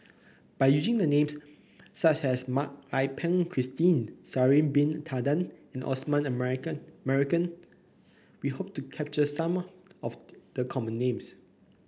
by using the names such as Mak Ai Peng Christine Sha'ari Bin Tadin and Osman Merican Merican we hope to capture some of the common names